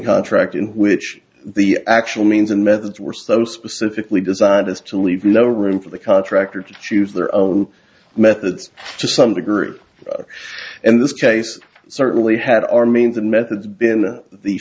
contract in which the actual means and methods were so specifically designed as to leave no room for the contractor to choose their own methods to some of the group and this case certainly had our means and methods been the